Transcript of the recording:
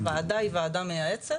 הוועדה היא ועדה מייעצת.